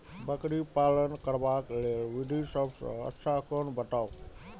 बकरी पालन करबाक लेल विधि सबसँ अच्छा कोन बताउ?